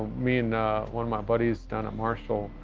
i mean one of my buddies down at marshall,